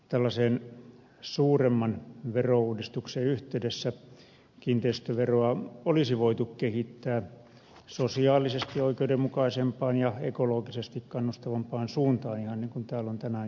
tällaisen suuremman verouudistuksen yhteydessä kiinteistöveroa olisi voitu kehittää sosiaalisesti oikeudenmukaisempaan ja ekologisesti kannustavampaan suuntaan ihan niin kuin täällä tänään on jo todettukin